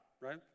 right